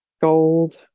gold